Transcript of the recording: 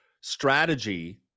strategy